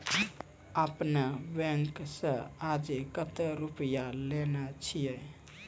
आपने ने बैंक से आजे कतो रुपिया लेने छियि?